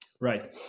Right